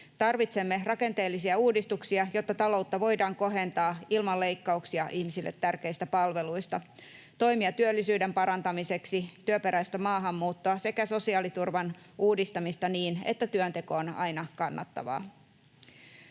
Tarvitsemme rakenteellisia uudistuksia — jotta taloutta voidaan kohentaa ilman leikkauksia ihmisille tärkeistä palveluista — toimia työllisyyden parantamiseksi, työperäistä maahanmuuttoa sekä sosiaaliturvan uudistamista niin, että työnteko on aina kannattavaa.